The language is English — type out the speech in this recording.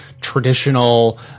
traditional